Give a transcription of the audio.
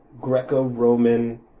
Greco-Roman